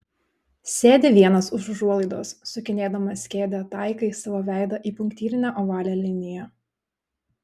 sėdi vienas už užuolaidos sukinėdamas kėdę taikai savo veidą į punktyrinę ovalią liniją